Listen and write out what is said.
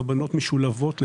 הבנות משולבות במסגרות בקהילה.